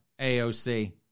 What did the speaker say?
AOC